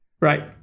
Right